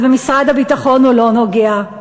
אז במשרד הביטחון הוא לא נוגע,